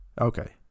Okay